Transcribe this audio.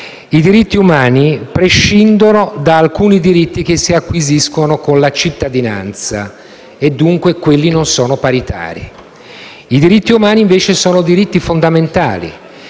I diritti umani prescindono da alcuni diritti che si acquisiscono con la cittadinanza. Dunque, quelli non sono paritari. I diritti umani, invece, sono diritti fondamentali.